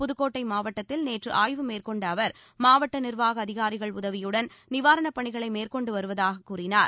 புதுக்கோட்டை மாவட்டத்தில் நேற்று ஆய்வு மேற்கொண்ட அவர் மாவட்ட நிர்வாக அதிகாரிகள் உதவியுடன் நிவாரணப் பணிகளை மேற்கொண்டு வருவதாக கூறினார்